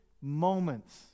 moments